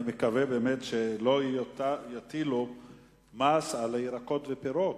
אני באמת מקווה שלא יטילו מס על פירות וירקות.